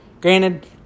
Granted